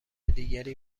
دیگری